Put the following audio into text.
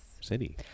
city